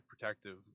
protective